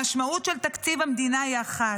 המשמעות של תקציב המדינה היא אחת: